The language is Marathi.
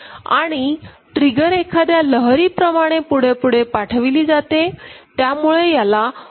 आणि ट्रिगर एखाद्या लहरी प्रमाणे पुढे पुढे पाठविले जाते त्यामुळे याला रिपल काऊंटर असे म्हणतात